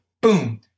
boom